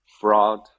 Fraud